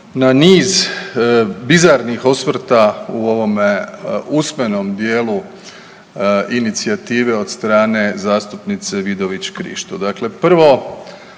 na niz bizarnih osvrta u ovome usmenom dijelu inicijative od strane zastupnice Vidović Krišto. Dakle, prvo